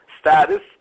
status